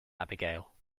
abigail